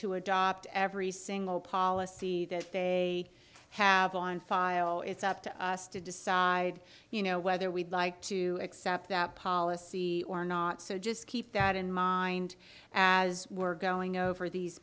to adopt every single policy that they have on file it's up to us to decide you know whether we'd like to accept that policy or not so just keep that in ma and as we're going over these